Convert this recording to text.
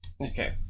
Okay